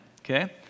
Okay